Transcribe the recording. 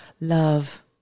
love